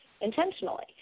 intentionally